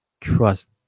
trust